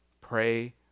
Pray